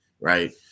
Right